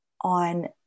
on